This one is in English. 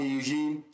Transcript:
Eugene